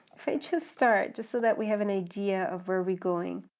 if i just start just so that we have an idea of where we going.